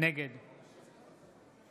נגד